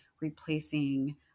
replacing